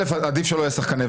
עדיף שלא יהיו שחקני וטו.